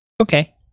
Okay